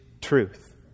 truth